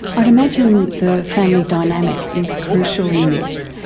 i'd imagine the family dynamic is crucial in this.